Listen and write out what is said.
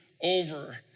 over